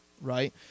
right